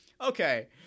okay